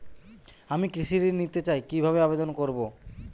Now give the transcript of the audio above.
আমি কৃষি ঋণ নিতে চাই কি ভাবে আবেদন করব?